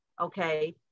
Okay